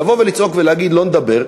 לבוא ולצעוק ולהגיד: לא נדבר,